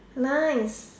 nice